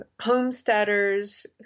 homesteaders